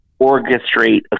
orchestrate